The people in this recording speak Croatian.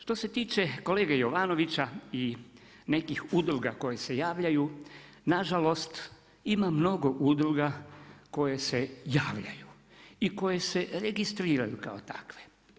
Što se tiče kolege Jovanovića i nekih udruga koje se javljaju, nažalost, ima mnogo udruga koje se javljaju i koje se registriraju kao takve.